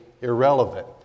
irrelevant